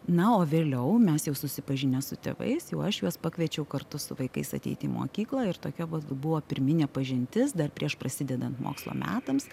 na o vėliau mes jau susipažinę su tėvais jau aš juos pakviečiau kartu su vaikais ateiti į mokyklą ir tokia buvo pirminė pažintis dar prieš prasidedant mokslo metams